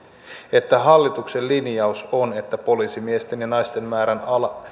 että hallituksen linjaus on on että poliisimiesten ja naisten määrän